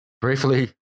briefly